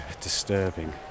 disturbing